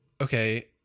okay